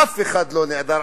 אף אחד לא נעדר,